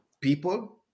people